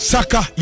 Saka